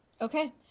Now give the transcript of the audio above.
okay